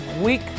week